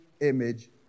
image